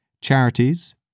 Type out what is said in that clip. Charities